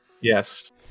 Yes